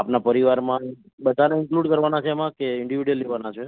આપના પરિવારમાં બધાંને ઇંકલુંડ કરવાના છે એમાં કે ઈડિવિડયૂઅલ લેવાનાં છે